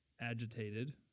agitated